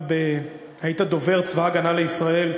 היית דובר צבא הגנה לישראל,